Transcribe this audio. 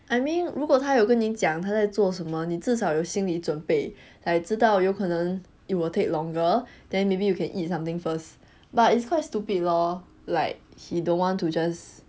I mean 如果他有跟您讲他在做什么你至少有心理准备才知道有可能 it will take longer then maybe you can eat something first but it's quite stupid lor like he don't want to just